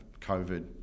COVID